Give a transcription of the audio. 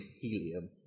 helium